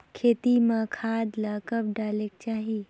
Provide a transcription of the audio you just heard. खेती म खाद ला कब डालेक चाही?